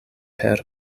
per